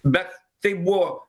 bet tai buvo